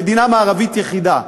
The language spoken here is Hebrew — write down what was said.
המדינה המערבית היחידה.